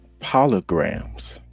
polygrams